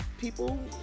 people